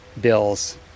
bills